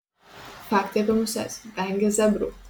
faktai apie muses vengia zebrų